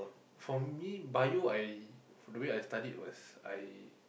for me Bio I the way I studied was I